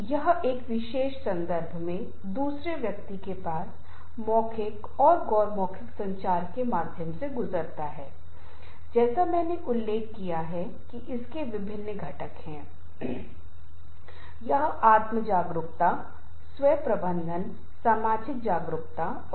इसलिए एक समूह एक निश्चित एजेंडा तय करके अपनी समस्या का विश्लेषण करके अपने लक्ष्यों का आकलन करके और वैकल्पिक संभावनाओं का पूरी तरह से आकलन करके अपनी निर्णय लेने की क्षमता को बढ़ावा दे सकता है